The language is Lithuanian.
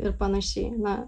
ir panašiai na